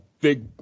big